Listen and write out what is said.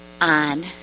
on